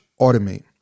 automate